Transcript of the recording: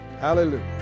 Hallelujah